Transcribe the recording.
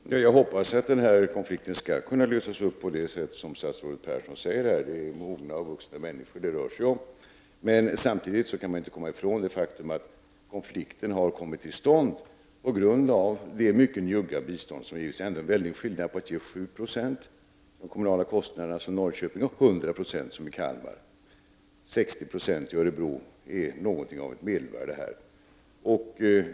Herr talman! Jag hoppas att denna konflikt skall kunna lösas upp på det sätt som statsrådet Persson här säger, då det rör sig om vuxna och mogna människor. Samtidigt kan man inte komma ifrån det faktum att konflikten har kommit till stånd på grund av det mycket njugga bistånd som ges. Det är stor skillnad mellan att ge 7 Jo av de kommunala kostnaderna, som Norrköping ger, och att ge 100 76, som Kalmar ger. 60 Z6 i Örebro är något av ett medelvärde.